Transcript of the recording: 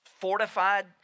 fortified